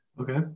Okay